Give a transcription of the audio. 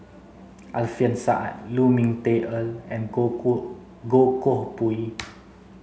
Alfian Sa'at Lu Ming Teh Earl and Goh Koh Goh Koh Pui